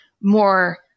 more